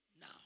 now